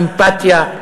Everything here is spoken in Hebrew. אמפתיה,